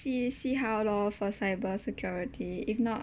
see see how lor for cybersecurity if not